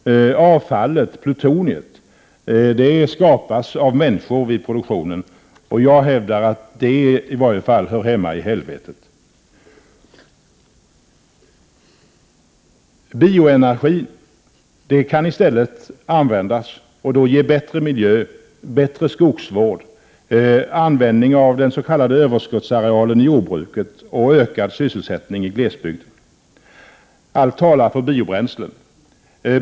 Avfallet, plutoniet, skapas av människor vid produktionen, och jag hävdar att det i varje fall hör hemma i helvetet. Bioenergi kan i stället användas och ge bättre miljö, bättre skogsvård, användning av den s.k. överskottsarealen i jordbruket och ökad sysselsättning i glesbygden. Allt talar för biobränslen.